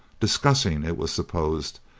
discussing, it was supposed,